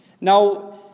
Now